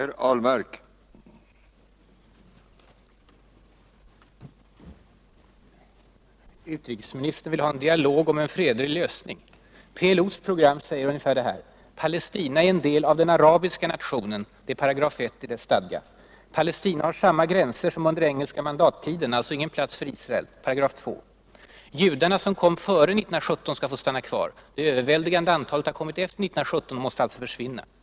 Herr talman! Utrikesministern vill ha en dialog om en fredlig lösning. PLO:s program säger sammanfattningsvis ungefär det här: Palestina har samma gränser som under den engelska mandattiden — alltså ingen plats för Israel. Judar som kom före 1917 skall få stanna kvar — det överväldigande antalet har kommit efter 1917 och måste alltså försvinna.